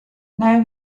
now